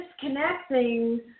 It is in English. disconnecting